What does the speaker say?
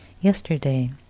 yesterday